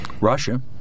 Russia